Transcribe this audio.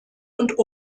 und